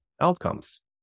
outcomes